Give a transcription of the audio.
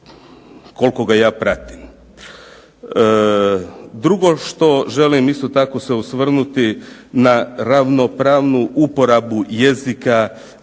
koliko ga ja pratim. Drugo što želim isto tako se osvrnuti na ravnopravnu uporabu jezika